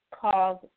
called